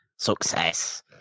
Success